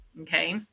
Okay